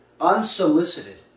unsolicited